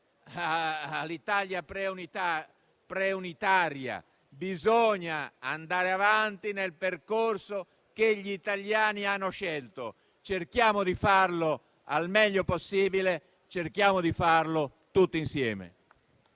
all'Italia preunitaria. Bisogna andare avanti nel percorso che gli italiani hanno scelto. Cerchiamo di farlo al meglio possibile, cerchiamo di farlo tutti insieme.